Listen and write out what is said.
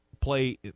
play